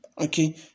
Okay